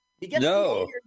No